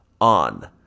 on